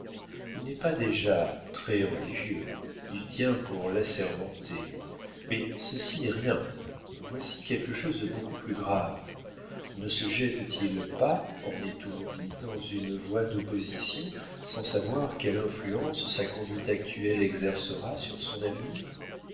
il n'est pas déjà très religieux il tient pour l'assermenté mais ceci n'est rien voici quelque chose de beaucoup plus grave ne se jette t il pas en étourdi dans une voie d'opposition sans savoir quelle influence sa conduite actuelle exercera sur son avenir